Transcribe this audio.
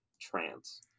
Trance